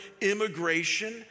immigration